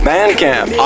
Bandcamp